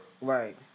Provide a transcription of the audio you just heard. right